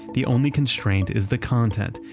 the only constraint is the content.